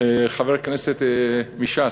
חברי הכנסת מש"ס,